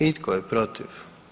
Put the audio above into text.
I tko je protiv?